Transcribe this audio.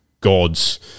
gods